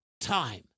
time